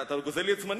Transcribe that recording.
אתה גוזל לי את זמני.